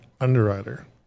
Underwriter